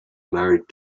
married